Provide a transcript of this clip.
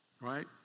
Right